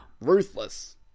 Ruthless